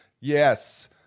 Yes